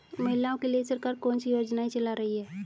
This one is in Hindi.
महिलाओं के लिए सरकार कौन सी योजनाएं चला रही है?